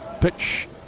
Pitch